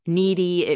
needy